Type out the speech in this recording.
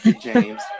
james